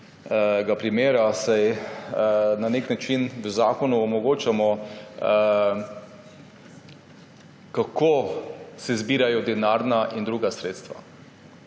primera, saj na nek način v zakonu omogočamo, kako se zbirajo denarna in druga sredstva.